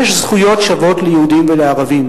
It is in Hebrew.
יש זכויות שוות ליהודים ולערבים,